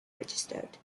registered